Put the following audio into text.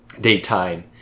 Daytime